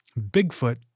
Bigfoot